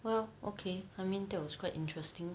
well okay I mean that was quite interesting